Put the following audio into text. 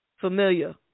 familiar